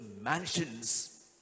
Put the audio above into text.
mansions